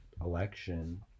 election